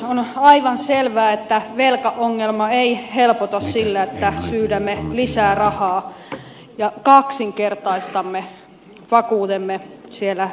on aivan selvää että velkaongelma ei helpota sillä että syydämme lisää rahaa ja kaksinkertaistamme vakuutemme euroopassa